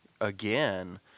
again